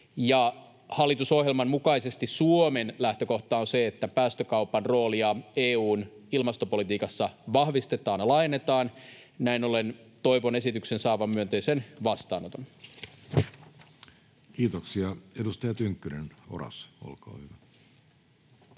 hallitusohjelman mukaisesti Suomen lähtökohta on se, että päästökaupan roolia EU:n ilmastopolitiikassa vahvistetaan ja laajennetaan. Näin ollen toivon esityksen saavan myönteisen vastaanoton. [Speech 181] Speaker: Jussi Halla-aho